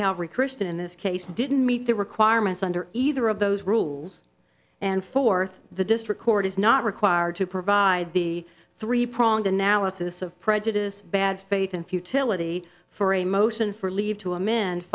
calvary christian in this case didn't meet the requirements under either of those rules and fourth the district court is not required to provide the three pronged analysis of prejudice bad faith in futility for a motion for leave to amend